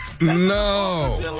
No